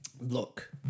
look